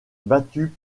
battu